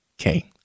Okay